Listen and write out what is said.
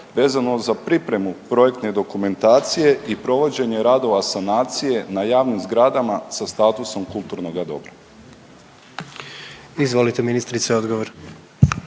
vezano za pripremu projektne dokumentacije i provođenje radova sanacije na javnim zgradama sa statusom kulturnoga dobra?